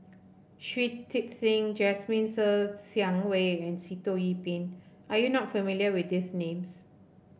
Shui Tit Sing Jasmine Ser Xiang Wei and Sitoh Yih Pin are you not familiar with these names